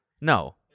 No